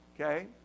Okay